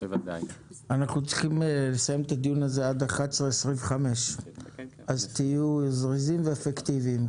אנחנו צריכים לסיים את הדיון הזה עד שעה 11:25. תהיו זריזים ואפקטיביים.